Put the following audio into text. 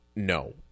No